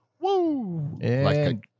Woo